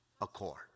accord